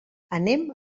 anem